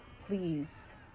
please